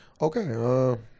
Okay